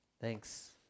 Thanks